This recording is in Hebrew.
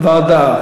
ועדה.